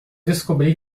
descobri